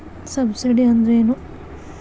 Subsidy ಅಂದ್ರೆ ಏನು?